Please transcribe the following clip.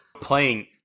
playing